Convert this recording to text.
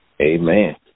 Amen